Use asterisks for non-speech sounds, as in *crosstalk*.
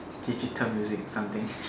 digital music something *noise*